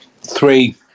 three